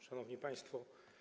Szanowni Państwo!